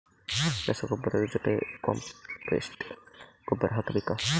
ರಸಗೊಬ್ಬರದ ಜೊತೆ ಕಾಂಪೋಸ್ಟ್ ಗೊಬ್ಬರ ಹಾಕಬೇಕಾ?